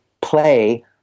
play